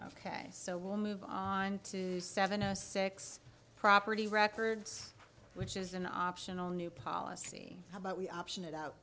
ok so we'll move on to seventy six property records which is an optional new policy how about we option it out